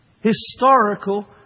Historical